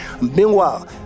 Meanwhile